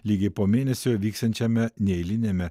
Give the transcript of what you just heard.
lygiai po mėnesio vyksiančiame neeiliniame